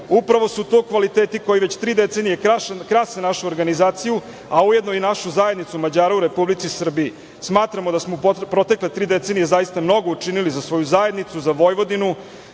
Upravo su to kvaliteti koji već tri decenije krase našu organizaciju, a ujedno i našu zajednicu Mađara u Republici Srbiji. Smatramo da smo u protekle tri decenije zaista mnogo učinili za svoju zajednicu, za Vojvodinu,